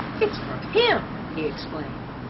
it's from him! he exclaimed.